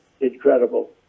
incredible